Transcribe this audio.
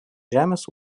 žemės